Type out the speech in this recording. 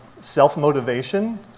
self-motivation